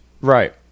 right